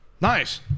Nice